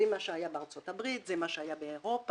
זה מה שהיה בארצות-הברית, זה מה שהיה באירופה.